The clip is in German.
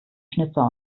schnitzer